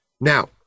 now